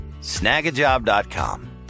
Snagajob.com